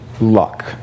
luck